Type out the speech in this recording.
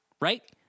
right